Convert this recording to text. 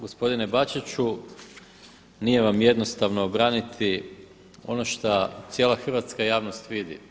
Gospodine Bačiću, nije vam jednostavno braniti ono šta cijela hrvatska javnost vidi.